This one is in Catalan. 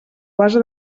base